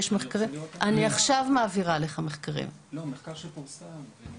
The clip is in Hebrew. אני מעבירה לך עכשיו מחקרים שפורסמו.